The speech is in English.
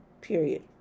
period